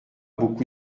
beaucoup